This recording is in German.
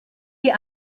die